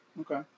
Okay